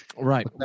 Right